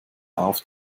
auf